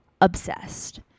obsessed